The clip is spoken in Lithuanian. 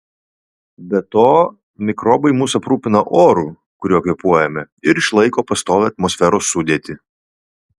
be to mikrobai mus aprūpina oru kuriuo kvėpuojame ir išlaiko pastovią atmosferos sudėtį